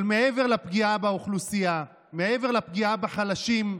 אבל מעבר לפגיעה באוכלוסייה, מעבר לפגיעה בחלשים,